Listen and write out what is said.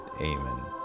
Amen